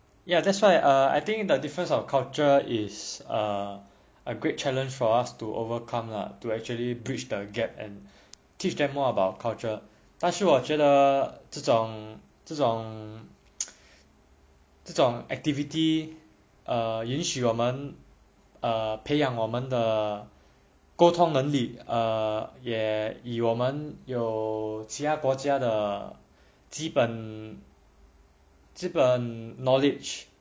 ya that's why uh I think the difference of culture is err a great challenge for us to overcome lah to actually bridge the gap and teach them more about culture 但是我觉得这种这种这种 activity err 允许我们 err 培养我们的沟通能力 err 也以我们有其他国家的基本基本 knowledge